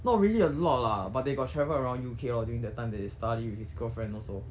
not really a lot lah but they got travel around U_K lor during that time they study with his girlfriend also